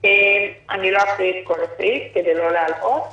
ולא עמדת יחיד.